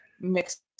mixed